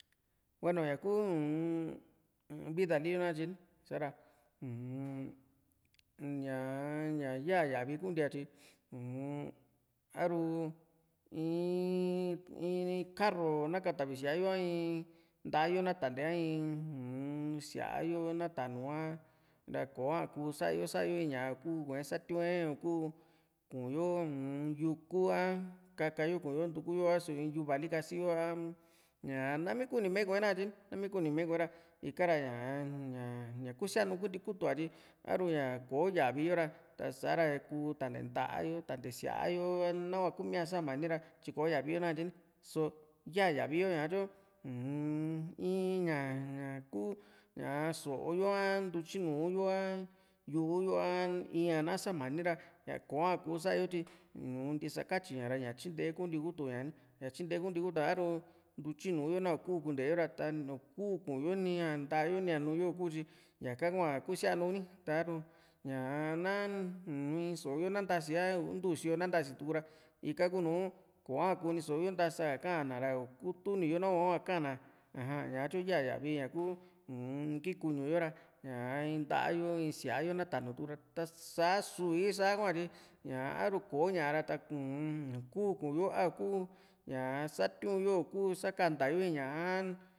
hueno ña ku uu-m vida liyo nakatye ni sa´ra uu-m ñaa ñá yaa uavi kunti´a tyi uu-n a´ru iin in ni karru na katavi síaa yo a in nta´a yo na tantee a in uu-m síaa yo na ta´nu a ra koá ku sa´yo sayo in ñaa i´ku kuee satiu´e ikuu kuyo u-m yuku a kaka yo kuyo ntuku yo a´su in yuva li kasi yo a ña namii kuni me kue nakatye ni nami kuni m,ee kue´ra ika´ra ñaa ña kusía nu kunti kutu ña tyi a´ru ña ko yavi yo ra tasa ra kuu tante nta´a yo tante síaa yo a nahua kuu mía sa´mani ra tyi kò´o yavi yo nakatye ni só ya yavi yo tyo uu-n ií´ña kuu ñaa so´o yo a ntutyinu yo a yu´u yo a ía´n na sa´mani ra ña koá kuu sa´yo tyi untisakatyi ña ra ña tyinte yo kuunti kutu ña ni ña tyinte kuntiku tu a´ru ntutyinuu yo na iku kunteyo ra ta iiku ku´yo ni nta´yo ni a núú´yo iku tyi ñaka hua kusianu ni taru ñaa na u in so´o yo na ntasi a ntu sío na ntasi tuku ra ika kuunu ko´a kuniso yo nta´sa ka ka´an na ra ikutuni yo nahua ka´an na aja tyu ya yavi ña ku uum iki kuñu yo ra ñaa in nta´a yo in síaa yo na ta´nu tuku ra tá sá susa´i hua tyi ña aru kò´o ña ra uu-m ukuu ku´yo a kuu satiu´n yo u kuu sakanta yo in ñaa